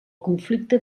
conflicte